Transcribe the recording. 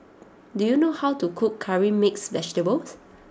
do you know how to cook Curry Mixed Vegetable